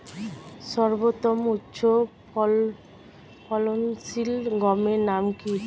সর্বতম উচ্চ ফলনশীল গমের নাম কি?